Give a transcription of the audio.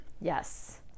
Yes